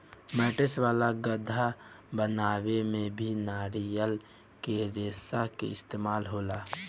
mattress वाला गद्दा बनावे में भी नारियल के रेशा के इस्तेमाल होला